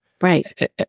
Right